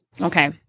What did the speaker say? okay